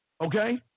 okay